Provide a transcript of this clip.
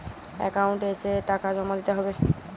Account এসে টাকা জমা দিতে হবে?